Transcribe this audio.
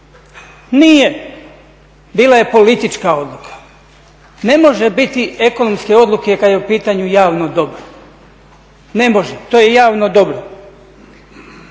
Nije. Bila je politička odluka. Ne može biti ekonomske odluke kad je u pitanju javno dobro. Ne može, to je javno dobro.